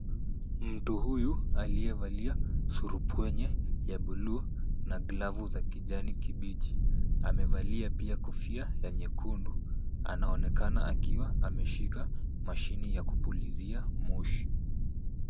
Mtu huyu aliyevalia surupwenye ya buluu na glavu za kijani kibichi, amevalia pia kofia ya nyekundu. Anaonekana akiwa ameshika mashini ya kupulizia moshi.